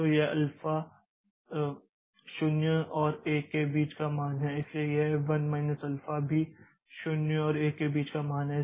तो यह अल्फ़ा 0 और 1 के बीच का मान है इसलिए यह 1 माइनस अल्फ़ा भी 0 और 1 के बीच का मान है